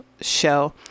show